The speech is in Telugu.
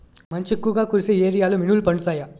మంచు ఎక్కువుగా కురిసే ఏరియాలో మినుములు పండుతాయా?